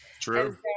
True